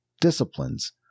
disciplines